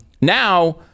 Now